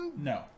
No